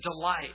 delight